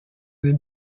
les